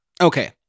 Okay